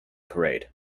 parade